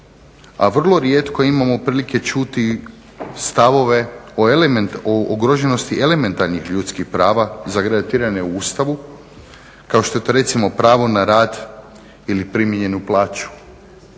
a vrlo rijetko imamo prilike čuti stavove o ugroženosti elementarnih ljudskih prava zagarantirane u Ustavu, kao što je to recimo pravo na rad ili … plaću.